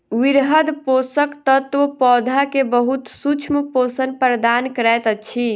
वृहद पोषक तत्व पौधा के बहुत सूक्ष्म पोषण प्रदान करैत अछि